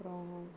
அப்புறம்